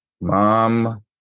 mom